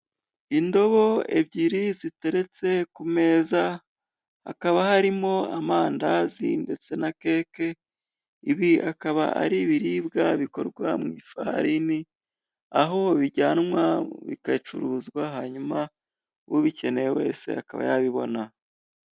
Indobo ebyiri ziteretse ku meza hakaba harimo amandazi, ndetse na keke ibi akaba ari ibiribwa bikorwa mu ifarini, aho bijyanwagacuruzwa hanyuma ubikeneye wese akaba yabibona.